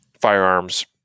firearms